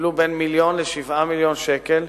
קיבלו בין מיליון ל-7 מיליון שקל,